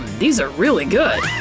these are really good.